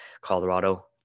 colorado